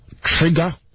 Trigger